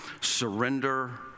surrender